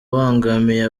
ubangamiye